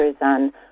on